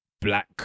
black